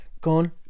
con